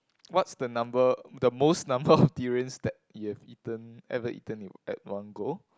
what's the number the most number of durians that you have eaten ever eaten at one go